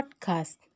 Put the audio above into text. Podcast